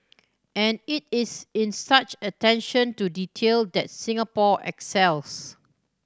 and it is in such attention to detail that Singapore excels